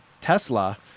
Tesla